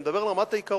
אני מדבר על רמת העיקרון,